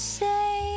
say